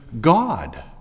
God